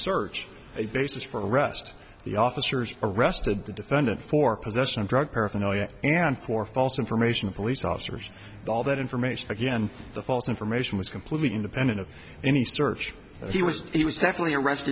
search a basis for arrest the officers arrested the defendant for possession of drug paraphernalia and for false information to police officers all that information again the false information was completely independent of any search that he was he was definitely arrest